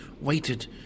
waited